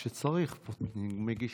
כשצריך, מגישים.